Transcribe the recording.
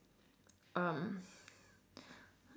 um